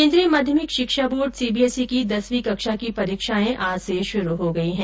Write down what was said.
केन्द्रीय माध्यमिक शिक्षा बोर्ड की दसवीं कक्षा की परीक्षाएं आज से शुरू हो गई है